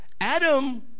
Adam